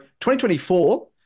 2024